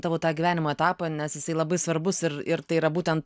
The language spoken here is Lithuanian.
tavo tą gyvenimo etapą nes jisai labai svarbus ir ir tai yra būtent